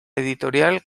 editorial